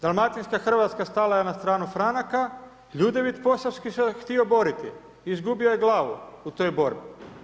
Dalmatinska Hrvatska stala je na strnu Franaka, Ljudevit Posavski se htio boriti, izgubio je glavu u toj borbi.